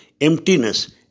emptiness